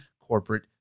corporate